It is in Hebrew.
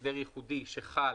הסדר ייחודי שחל